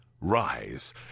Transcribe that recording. Rise